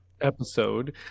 episode